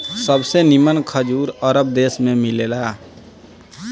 सबसे निमन खजूर अरब देश में मिलेला